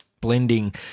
blending